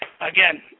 again